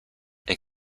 and